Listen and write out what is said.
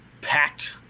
packed